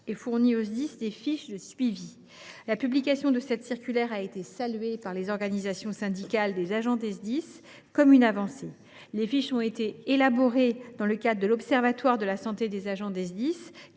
et fournit aux Sdis des fiches de suivi. Sa publication a été saluée par les organisations syndicales des agents des Sdis comme une avancée. Les fiches ont été élaborées dans le cadre de l’observatoire de la santé des agents des Sdis,